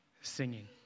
Singing